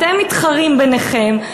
אתם מתחרים ביניכם,